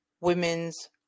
women's